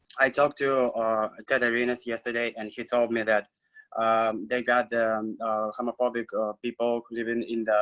i talked to tech arenas yesterday. and he told me that they got the um homophobic ah people living in